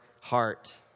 heart